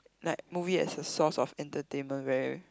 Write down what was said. like movie as a source of entertainment very